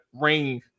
ring